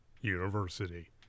University